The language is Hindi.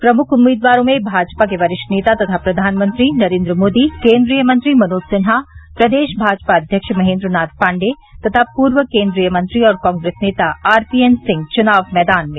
प्रमुख उम्मीदवारों में भाजपा के वरिष्ठ नेता तथा प्रधानमंत्री नरेन्द्र मोदी केन्द्रीय मंत्री मनोज सिन्हा प्रदेश भाजपा अध्यक्ष महेन्द्र नाथ पाण्डेय तथा पूर्व केन्द्रीय मंत्री और कांग्रेस नेता आरपीएन सिंह चुनाव मैदान में